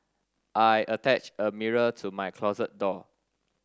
I attached a mirror to my closet door